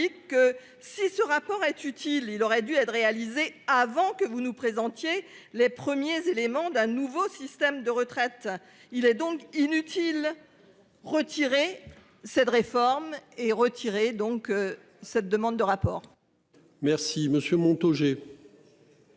que si ce rapport est utile, il aurait dû être réalisé avant que vous nous présentiez les premiers éléments d'un nouveau système de retraite. Il est donc inutile. Retirer cette réforme est retiré. Donc cette demande de rapport.